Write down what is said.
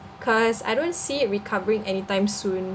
cause I don't see it recovering anytime soon